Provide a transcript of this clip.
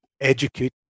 educate